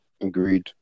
Agreed